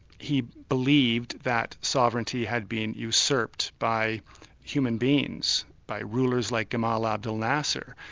he believed that sovereignty had been usurped by human beings, by rulers like gamal abdul nasser,